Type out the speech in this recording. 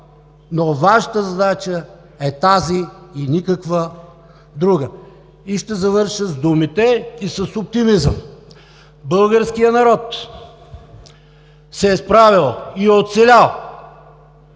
но Вашата задача е тази и никаква друга. Ще завърша с думите и с оптимизъм – българският народ се е справял и е оцелял